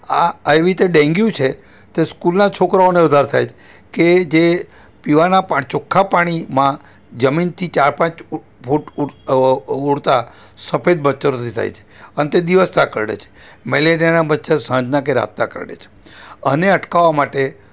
આ આવી રીતે ડેન્ગ્યુ છે તે સ્કૂલના છોકરાઓને વધારે થાય છે કે જે પીવાનાં પાણી ચોખ્ખાં પાણીમાં જમીનથી ચાર પાંચ ફૂટ ઉડતા સફેદ મચ્છરોથી થાય છે અને તે દિવસના કરડે છે મેલેરિયાનાં મચ્છર સાંજના કે રાતના કરડે છે આને અટકાવવા માટે